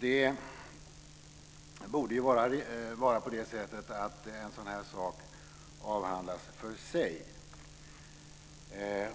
En sådan här sak borde avhandlas för sig